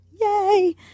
yay